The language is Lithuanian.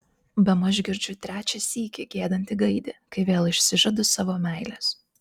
bemaž girdžiu trečią sykį giedantį gaidį kai vėl išsižadu savo meilės